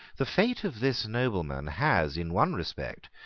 the fate of this nobleman has, in one respect,